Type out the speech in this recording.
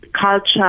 culture